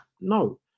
No